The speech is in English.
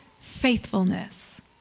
faithfulness